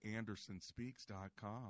andersonspeaks.com